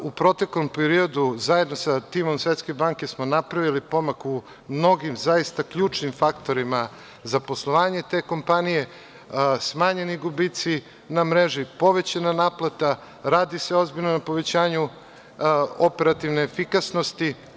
U proteklom periodu, zajedno sa timom Svetske banke, smo napravili pomak u mnogim zaista ključnim faktorima za poslovanje te kompanije, smanjeni gubici na mreži, povećana naplata, radi se ozbiljno na povećanju operativne efikasnosti.